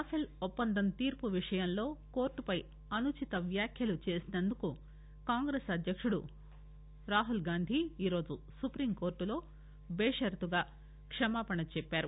Rafale ఒప్పందం తీర్పు విషయంలో కోర్టుపై అనుచిత వ్యాఖ్యలు చేసినందుకు కాంగ్రెస్ అధ్యకుడు రాహుల్ గాంధీ ఈరోజు సుప్రీంకోర్టులో బేషరతుగా క్షమాపణ చెప్పారు